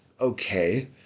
okay